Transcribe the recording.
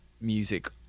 music